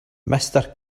mister